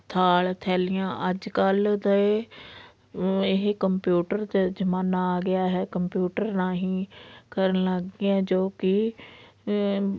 ਥਾਲ ਥੈਲੀਆਂ ਅੱਜ ਕੱਲ੍ਹ ਤਾਂ ਇਹ ਕੰਪਿਊਟਰ ਤੇ ਜ਼ਮਾਨਾ ਆ ਗਿਆ ਹੈ ਕੰਪਿਊਟਰ ਰਾਹੀਂ ਕਰਨ ਲੱਗ ਗਏ ਜੋ ਕਿ